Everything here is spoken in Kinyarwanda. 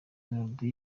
melody